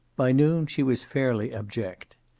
by noon she was fairly abject.